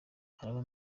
haraba